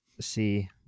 see